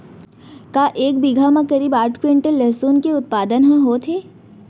का एक बीघा म करीब आठ क्विंटल लहसुन के उत्पादन ह होथे?